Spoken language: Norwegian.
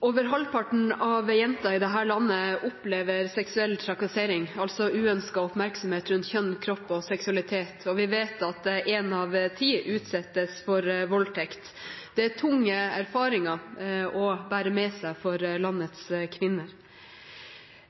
Over halvparten av jentene i dette landet opplever seksuell trakassering, altså uønsket oppmerksomhet rundt kjønn, kropp og seksualitet. Vi vet at én av ti utsettes for voldtekt. Det er tunge erfaringer å bære med seg for landets kvinner.